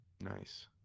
Nice